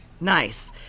Nice